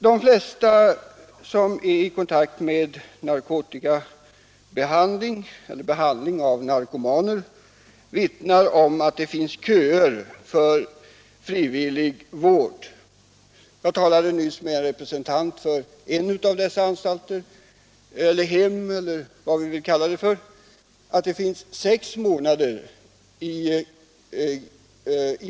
De flesta som har kontakt med behandling av narkomaner vittnar om att människor står i kö för att få frivillig vård. Jag talade nyss med en representant för en anstalt — eller hem, eller vad vi vill kalla det - som berättade att väntetiden är sex månader.